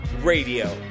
Radio